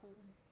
okay